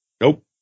Nope